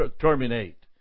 terminate